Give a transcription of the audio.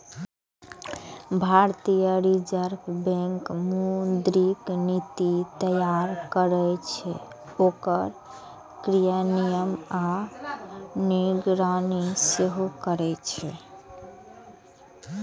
भारतीय reserve bank मौद्रिक नीति तैयार करै छै, ओकर क्रियान्वयन आ निगरानी सेहो करै छै